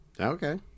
Okay